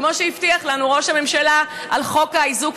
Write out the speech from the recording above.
כמו שהבטיח לנו ראש הממשלה על חוק האיזוק